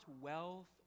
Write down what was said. wealth